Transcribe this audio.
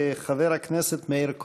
חבר הכנסת מאיר כהן.